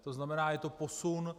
To znamená, je to posun.